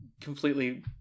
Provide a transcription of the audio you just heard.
completely